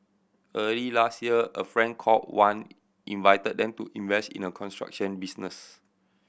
early last year a friend called Wan invited them to invest in a construction business